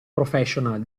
professional